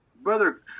Brother